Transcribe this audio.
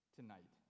tonight